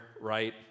right